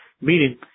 meaning